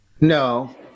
no